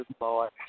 Lord